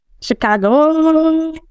Chicago